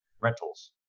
rentals